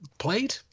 Played